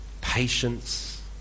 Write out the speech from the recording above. patience